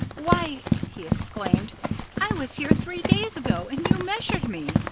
why he exclaimed i was here three days ago and you measured me.